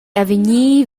avegnir